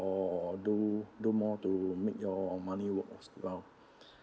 or do do more to make your money worth its well